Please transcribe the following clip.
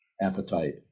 appetite